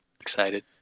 excited